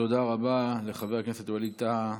תודה רבה לחבר הכנסת ווליד טאהא.